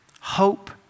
Hope